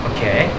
Okay